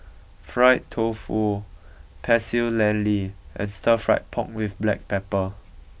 Fried Tofu Pecel Lele and Stir Fried Pork with Black Pepper